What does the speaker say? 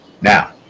now